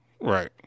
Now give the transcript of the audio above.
Right